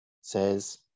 says